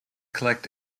collect